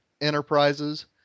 enterprises –